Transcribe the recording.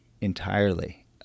entirely